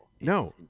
No